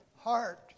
heart